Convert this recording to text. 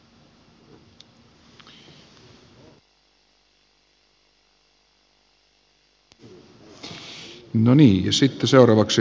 vad anser regeringen om den här saken